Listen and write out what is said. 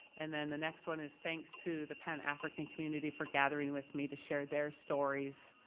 and then the next one is thanks to the pan african community for gathering with me to share their stories.